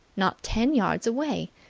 not ten yards away.